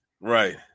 Right